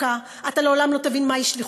אתה לעולם לא תבין מהי מצוקה,